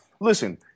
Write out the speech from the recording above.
listen